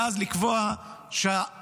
ואז לקבוע שהכחשה,